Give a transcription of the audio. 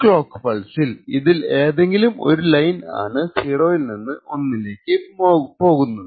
ഈ ക്ലോക്ക് പൾസ്സിൽ ഇതിൽ ഏതെങ്കിലും ഒരു ലൈൻ ആണ് 0 ൽ നിന്ന് 1 ലേക്ക് പോകുന്നത്